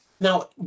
Now